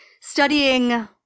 studying